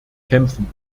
kämpfen